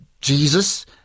Jesus